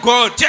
God